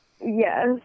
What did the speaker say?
yes